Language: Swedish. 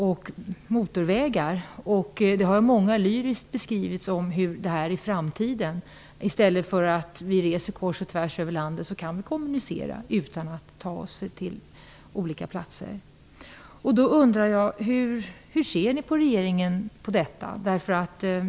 Många har lyriskt beskrivit hur vi i framtiden kommer att kunna kommunicera direkt med varandra i stället för att resa kors och tvärs över landet till olika platser. Jag undrar hur regeringen ser på detta.